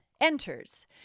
enters